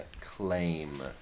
claim